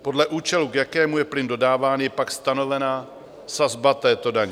Podle účelu, k jakému je plyn dodáván, je pak stanovena sazba této daně.